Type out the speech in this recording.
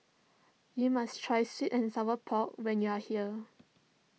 you must try Sweet and Sour Pork when you are here